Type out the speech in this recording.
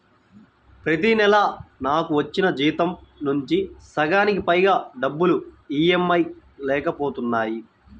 ప్రతి నెలా నాకు వచ్చిన జీతం నుంచి సగానికి పైగా డబ్బులు ఈ.ఎం.ఐ లకే పోతన్నాయి